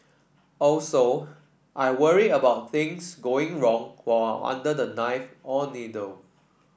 also I worry about things going wrong while I'm under the knife or needle